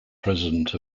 president